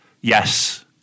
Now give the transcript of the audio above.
Yes